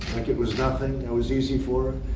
it was nothing. it was easy for